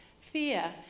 Fear